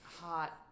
hot